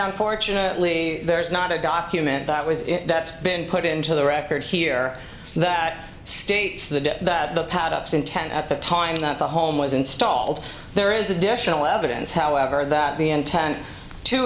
unfortunately there's not a document that was been put into the record here that states that the paddocks intend at the time that the home was installed there is additional evidence however that the intent to